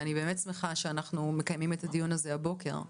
אני באמת שמחה שאנחנו מקיימים את הדיון הזה הבוקר.